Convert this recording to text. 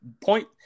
point